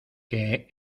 que